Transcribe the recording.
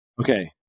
Okay